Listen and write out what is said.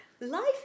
life